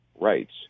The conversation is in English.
rights